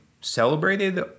celebrated